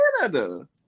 Canada